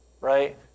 Right